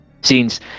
scenes